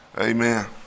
Amen